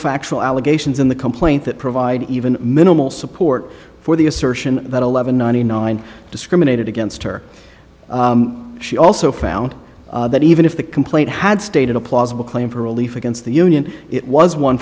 factual allegations in the complaint that provide even minimal support for the assertion that eleven ninety nine discriminated against her she also found that even if the complaint had stated a plausible claim for relief against the union it was one